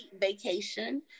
vacation